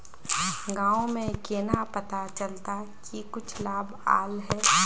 गाँव में केना पता चलता की कुछ लाभ आल है?